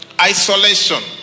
Isolation